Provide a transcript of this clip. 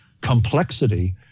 complexity